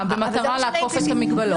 אם אתם רוצים עוד את הזמן --- לא.